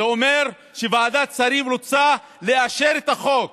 זה אומר שוועדת שרים רוצה לאשר את החוק.